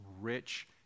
rich